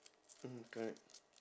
mmhmm correct